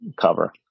cover